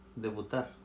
Debutar